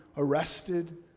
arrested